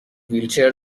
ویلچر